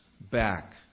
back